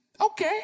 Okay